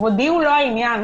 כבודי הוא לא העניין.